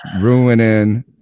ruining